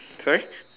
sorry